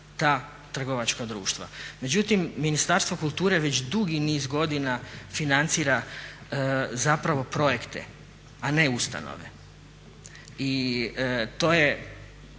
ta trgovačka društva. Međutim, Ministarstvo kulture već dugi niz godina financira zapravo projekte, a ne ustanove i to je